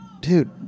Dude